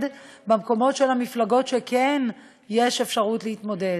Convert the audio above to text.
במקומות של המפלגות שבהן כן יש אפשרות להתמודד.